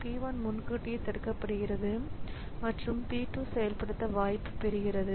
P 1 முன்கூட்டியே தடுக்கப்படுகிறது மற்றும் P 2 செயல்படுத்த வாய்ப்பு பெறுகிறது